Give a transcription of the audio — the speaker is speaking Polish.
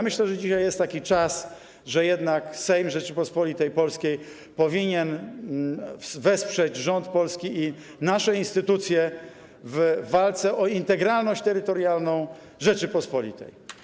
Myślę, że dzisiaj jest taki czas, że jednak Sejm Rzeczypospolitej Polskiej powinien wesprzeć polski rząd i nasze instytucje w walce o integralność terytorialną Rzeczypospolitej.